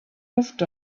moved